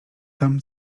tam